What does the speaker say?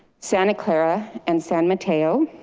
santa clara, and san mateo,